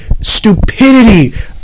stupidity